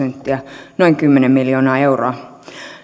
prosenttia noin kymmenen miljoonaa euroa